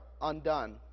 undone